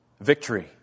victory